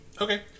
Okay